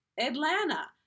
Atlanta